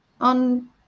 on